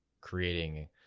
creating